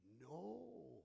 No